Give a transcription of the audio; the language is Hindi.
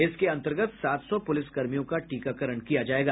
इसके अंतर्गत सात सौ पुलिस कर्मियों का टीकाकरण किया जायेगा